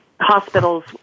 hospitals